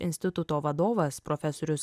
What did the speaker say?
instituto vadovas profesorius